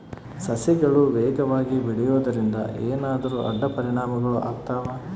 ಸಸಿಗಳು ವೇಗವಾಗಿ ಬೆಳೆಯುವದರಿಂದ ಏನಾದರೂ ಅಡ್ಡ ಪರಿಣಾಮಗಳು ಆಗ್ತವಾ?